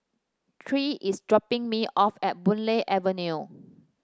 Tre is dropping me off at Boon Lay Avenue